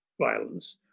violence